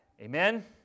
Amen